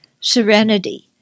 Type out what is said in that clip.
serenity